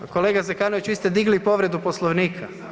Kolega Zekanović, vi ste digli povredu Poslovnika?